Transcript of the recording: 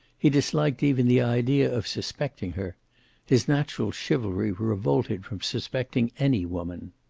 he disliked even the idea of suspecting her his natural chivalry revolted from suspecting any woman.